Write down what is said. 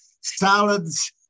salads